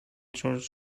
source